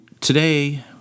today